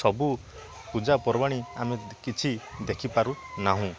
ସବୁ ପୂଜାପର୍ବାଣି ଆମେ କିଛି ଦେଖିପାରୁ ନାହୁଁ